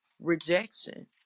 rejection